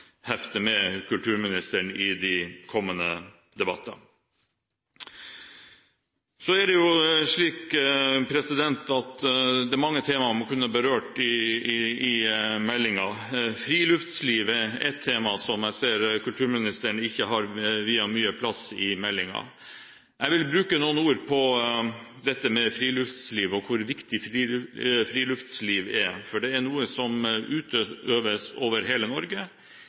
kulturministeren i de kommende debatter. Det er mange temaer man kunne berørt i meldingen. Friluftslivet er et tema som jeg ser kulturministeren ikke har viet mye plass i meldingen. Jeg vil bruke noen ord på friluftslivet og hvor viktig friluftsliv er, for det er noe som utøves over hele Norge, i hver eneste kommune og hver eneste bygd. Det er en viktig arena for dem som bor rundt omkring i hele Norge,